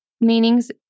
meanings